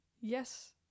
yes